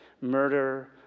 murder